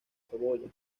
saboya